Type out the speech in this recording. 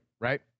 Right